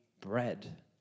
bread